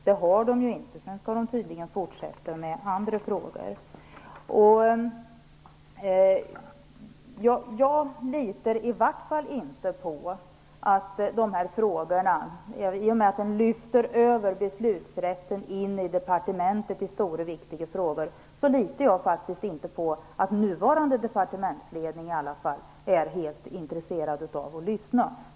Sedan skall kommittén tydligen fortsätta med andra frågor. I och med att beslutsrätten när det gäller stora och viktiga frågor lyfts över till departementet litar jag faktiskt inte på att den nuvarande departementsledningen är intresserad av att lyssna.